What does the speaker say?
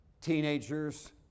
teenagers